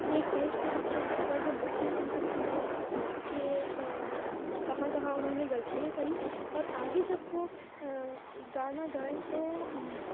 ایک پیج پہ اچھے سے اگر وہ لکھ لیں ان سب چیزوں کو کہ کہاں کہاں انہوں نے غلطیاں کریں اور آگے جب وہ گانا گائیں تو